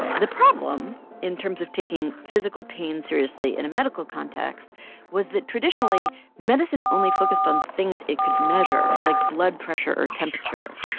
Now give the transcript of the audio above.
the problem in terms of taking physical pain seriously in a medical context was that, traditionally, medicine only focused on things it could measure, like blood pressure or temperature.